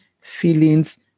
feelings